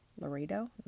Laredo